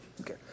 Okay